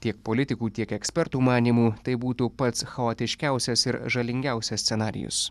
tiek politikų tiek ekspertų manymu tai būtų pats chaotiškiausias ir žalingiausias scenarijus